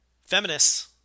feminists